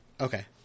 Okay